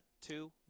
two